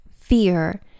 fear